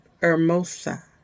hermosa